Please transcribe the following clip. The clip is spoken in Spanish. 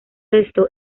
esto